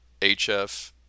HF